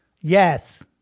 Yes